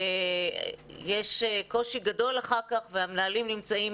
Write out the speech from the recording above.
יש קושי גדול אחר כך והמנהלים נמצאים